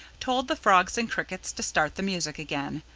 told the frogs and crickets to start the music again,